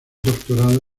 doctorado